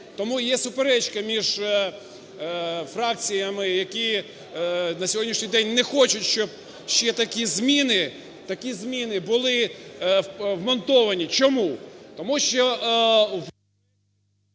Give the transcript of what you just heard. Тому є суперечка між фракціями, які на сьогоднішній день не хочуть, щоб ще такі зміни... такі зміни були вмонтовані. Чому? Тому що...